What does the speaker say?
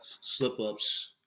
slip-ups